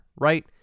right